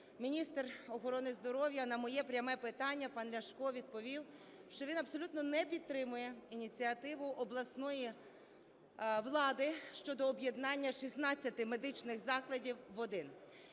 міністр охорони здоров'я на моє пряме питання, пан Ляшко, відповів, що він абсолютно не підтримує ініціативу обласної влади щодо об'єднання 16 медичних закладів в один.